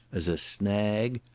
as a snag,